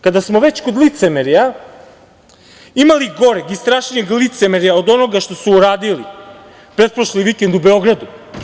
Kada smo već kod licemerja, ima li goreg i strašnijeg licemerja od onoga što su uradili pretprošli vikend u Beogradu?